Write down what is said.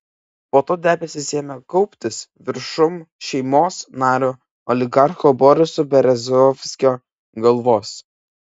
po to debesys ėmė kauptis viršum šeimos nario oligarcho boriso berezovskio galvos